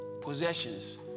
Possessions